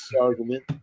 argument